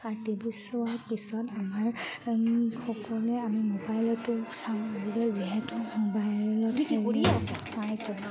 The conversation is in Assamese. আৰু টি ভি চোৱাৰ পিছত আমাৰ সকলোৱে আমি মোবাইলতো চাওঁ বুলিলে যিহেতু মোবাইলত কিবা আছে পাইতো